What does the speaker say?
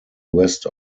west